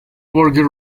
burger